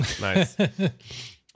Nice